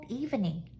evening